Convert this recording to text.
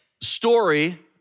story